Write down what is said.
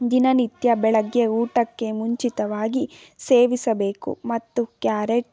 ದಿನನಿತ್ಯ ಬೆಳಗ್ಗೆ ಊಟಕ್ಕೆ ಮುಂಚಿತವಾಗಿ ಸೇವಿಸಬೇಕು ಮತ್ತು ಕ್ಯಾರೆಟ್